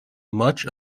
much